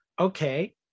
okay